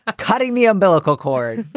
ah cutting the umbilical cord.